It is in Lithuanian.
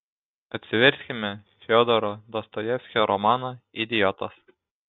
atsiverskime fiodoro dostojevskio romaną idiotas